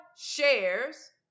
shares